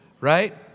right